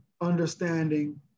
understanding